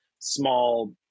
small